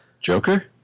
Joker